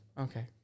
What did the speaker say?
Okay